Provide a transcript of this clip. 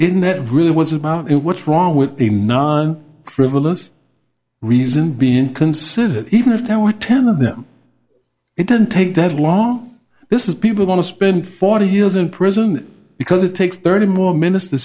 in that really was about it what's wrong with the non frivolous reason being considered even if there were ten of them it didn't take that long this is people want to spend forty years in prison because it takes thirty more minutes to